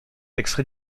extrait